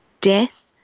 death